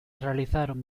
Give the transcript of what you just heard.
realizaron